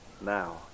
now